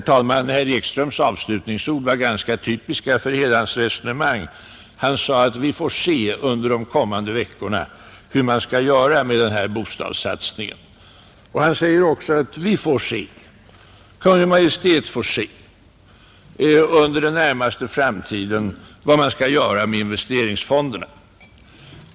t under den närmaste framtiden får se vad man skall göra med investeringsfonderna.